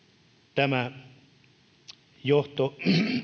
tämä johto